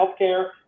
healthcare